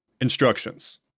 Instructions